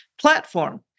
platform